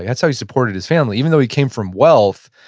that's how he supported his family. even though he came from wealth,